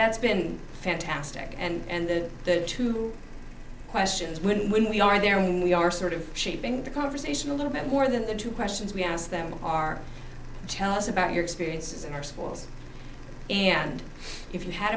that's been fantastic and then the two russians when we are there when we are sort of shaping the conversation a little bit more than the two questions we ask them are tell us about your experiences in our schools and if you had